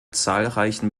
zahlreichen